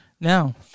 Now